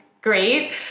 great